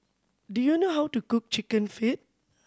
do you know how to cook Chicken Feet